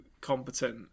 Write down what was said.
competent